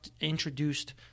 introduced